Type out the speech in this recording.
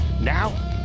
Now